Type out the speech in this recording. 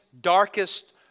darkest